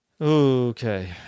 Okay